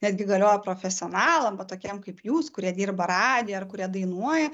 netgi galioja profesionalam va tokiem kaip jūs kurie dirba radijuj ar kurie dainuoja